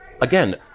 again